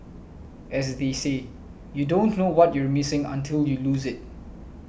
as they say you don't know what you're missing until you lose it